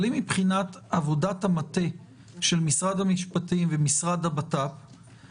האם מבחינת עבודות מטה של משרד המשפטים והמשרד לביטחון פנים